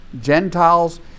Gentiles